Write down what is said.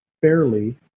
fairly